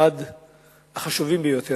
אלא אחד החשובים ביותר,